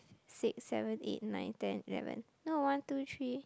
six seven eight nine ten eleven no one two three